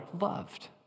loved